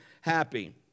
happy